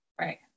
Right